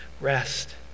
rest